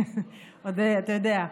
אתה יודע.